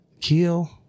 Kill